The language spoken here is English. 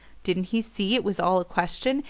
didn't he see it was all a question,